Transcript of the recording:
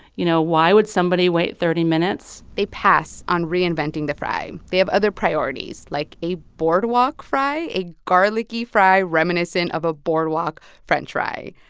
you know, why would somebody wait thirty minutes? they pass on reinventing the fry. they have other priorities, like a boardwalk fry a garlic-y fry reminiscent of a boardwalk french fry.